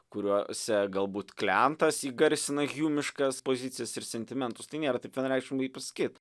kuriose galbūt kleantas įgarsina hjumiškas pozicijas ir sentimentus tai nėra taip vienareikšmingai pasakyt